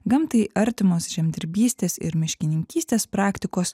gamtai artimos žemdirbystės ir miškininkystės praktikos